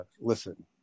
listen